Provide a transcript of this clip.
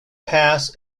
pass